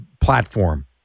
platform